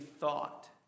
thought